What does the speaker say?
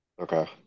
Okay